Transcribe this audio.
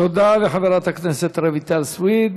תודה לחברת הכנסת רויטל סויד.